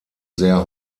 sehr